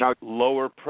lower